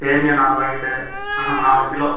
சேமியா நாலு பாக்கெட்டு ஆஹூம் நாலு கிலோ